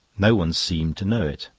no one seemed to know it.